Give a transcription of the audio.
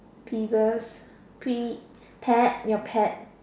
peeves P pet your pet